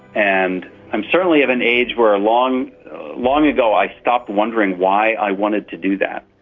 and i'm certainly of an age where long long ago i stopped wondering why i wanted to do that,